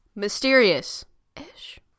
mysterious-ish